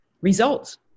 Results